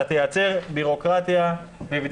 אתה תייצר בירוקרטיה וזה